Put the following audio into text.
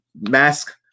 mask